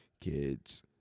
kids